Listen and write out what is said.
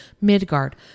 Midgard